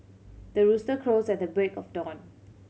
the rooster crows at the break of dawn